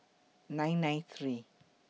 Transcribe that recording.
nine nine three